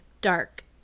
dark